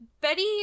Betty